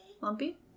Lumpy